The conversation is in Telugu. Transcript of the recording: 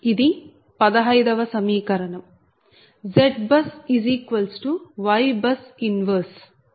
ఇది 15 వ సమీకరణం ZBUSYBUS 1